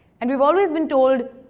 and we've always been told,